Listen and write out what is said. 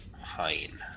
Hein